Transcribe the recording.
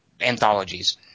anthologies